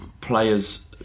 players